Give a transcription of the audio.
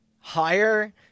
Higher